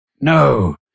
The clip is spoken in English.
no